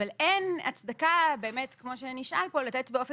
אבל אין הצדקה כמו שנשאל כאן לתת באופן